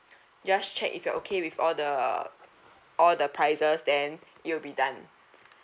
just check if you're okay with all the all the prices then it will be done